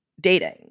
dating